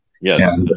Yes